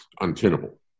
untenable